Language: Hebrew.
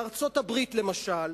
בארצות-הברית, למשל,